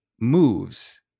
moves